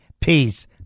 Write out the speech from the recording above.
peace